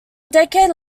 decade